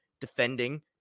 defending